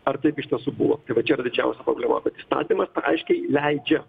ar taip iš tiesų buvo tai čia yra didžiausia problema kad įstatymas aiškiai leidžia